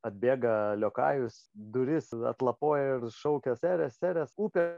atbėga liokajus duris atlapoja ir šaukia sere sere upė